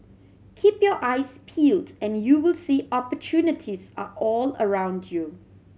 keep your eyes peeled and you will see opportunities are all around you